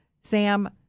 Sam